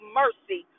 mercy